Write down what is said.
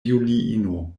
juliino